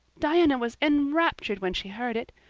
diana was enraptured when she heard it.